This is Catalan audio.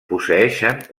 posseeixen